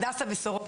הדסה וסורוקה.